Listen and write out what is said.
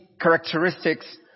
characteristics